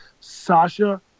sasha